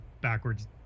backwards